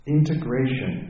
Integration